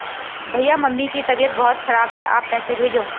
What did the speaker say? भैया मम्मी की तबीयत बहुत खराब है आप पैसे भेजो